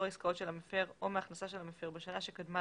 העסקאות של המפר או מההכנסה של המפר בשנה שקדמה